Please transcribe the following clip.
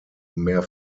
mehr